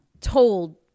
told